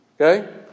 Okay